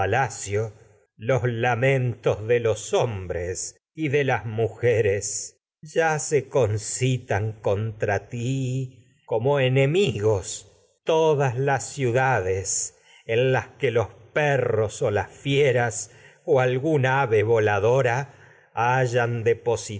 los lamentos de los hombres de las mujeres las ciu ave vo concitan contra ti como enemigas todas en dades ladora las que los perros en o las fieras aras o algún hayan